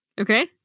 Okay